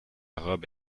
robe